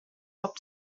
hop